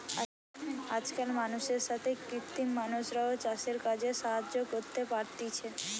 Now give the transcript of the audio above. আজকাল মানুষের সাথে কৃত্রিম মানুষরাও চাষের কাজে সাহায্য করতে পারতিছে